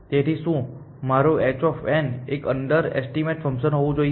તેથી શું મારું h એક અંડર એસ્ટીમેટ ફંકશન હોવું જોઈએ